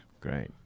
Great